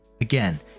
Again